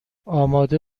آماده